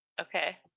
Okay